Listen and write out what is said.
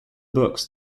books